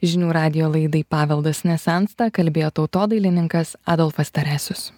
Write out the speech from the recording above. žinių radijo laidai paveldas nesensta kalbėjo tautodailininkas adolfas teresius